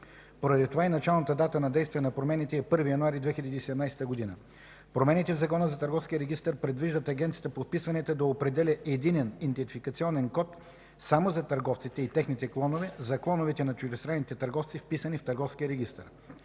Поради това и началната дата на действие на промените е 1 януари 2017 г. Промените в Закона за търговския регистър предвиждат Агенцията по вписванията да определя единен идентификационен код само за търговците и техните клонове, за клоновете на чуждестранните търговци, вписани в търговския регистър.